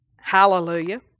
Hallelujah